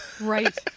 right